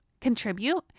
contribute